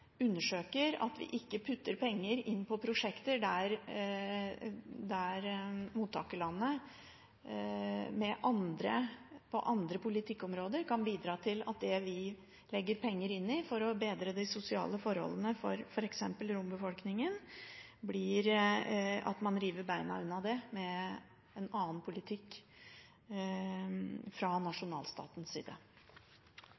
ikke putter penger inn i prosjekter der mottakerlandene, på andre politikkområder, bidrar til at en annen politikk fra nasjonalstatens side river beina vekk under det vi legger penger inn i for å bedre de sosiale forholdene, f.eks. for rombefolkningen. Først: Takk til komiteen for gode bidrag til oppfølgingen av Riksrevisjonens rapport. Som det